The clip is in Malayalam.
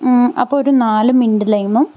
അപ്പോൾ ഒരു നാല് മിൻറ്റ് ലൈമും